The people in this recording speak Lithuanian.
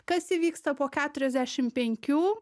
kas įvyksta po keturiasdešim penkių